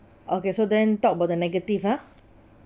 okay so then talk about the negative ah